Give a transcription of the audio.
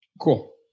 Cool